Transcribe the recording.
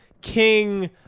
king